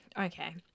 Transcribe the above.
Okay